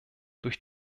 durch